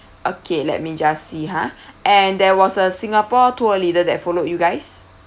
okay let me just see ha and there was a singapore tour leader that followed you guys